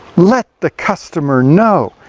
let the customer know.